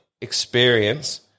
experience